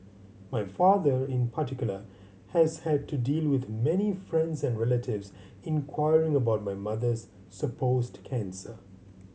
my father in particular has had to deal with many friends and relatives inquiring about my mother's supposed cancer